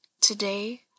Today